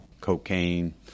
cocaine